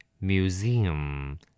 Museum